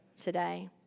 today